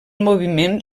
moviment